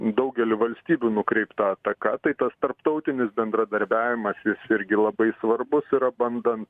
daugelį valstybių nukreipta ataka tai tas tarptautinis bendradarbiavimas jis irgi labai svarbus yra bandant